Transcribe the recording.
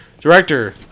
Director